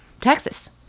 Texas